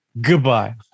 Goodbye